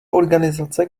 organizace